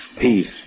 peace